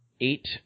eight